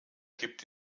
gibt